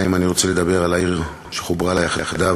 ירושלים, אני רוצה לדבר על העיר שחוברה לה יחדיו,